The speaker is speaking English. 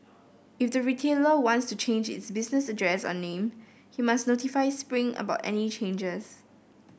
if the retailer wants to change its business address or name he must notify Spring about any changes